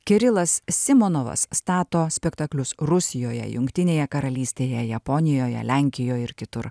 kirilas simonovas stato spektaklius rusijoje jungtinėje karalystėje japonijoje lenkijoj ir kitur